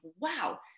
wow